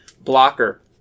blocker